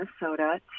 Minnesota